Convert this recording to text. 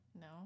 No